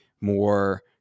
more